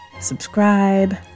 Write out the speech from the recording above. subscribe